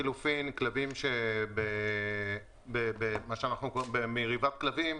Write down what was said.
כלבים שננשכו במריבת כלבים,